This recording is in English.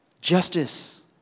Justice